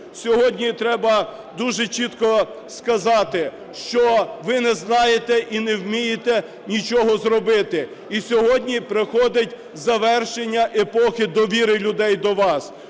Сьогодні треба дуже чітко сказати, що ви не знаєте і не вмієте нічого зробити. І сьогодні приходить завершення епохи довіри людей до вас.